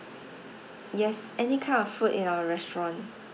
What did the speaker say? yes any kind of food in our restaurant